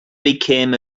became